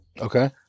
Okay